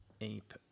Ape